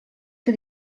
que